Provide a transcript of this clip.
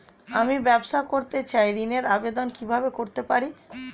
আমি ব্যবসা করতে চাই ঋণের আবেদন কিভাবে করতে পারি?